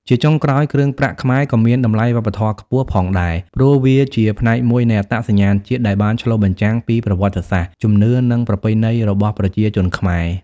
ជាចុងក្រោយ គ្រឿងប្រាក់ខ្មែរក៏មាន តម្លៃវប្បធម៌ខ្ពស់ ផងដែរ ព្រោះវាជាផ្នែកមួយនៃអត្តសញ្ញាណជាតិដែលបានឆ្លុះបញ្ចាំងពីប្រវត្តិសាស្ត្រ ជំនឿ និងប្រពៃណីរបស់ប្រជាជនខ្មែរ។